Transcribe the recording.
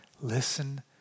Listen